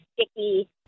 sticky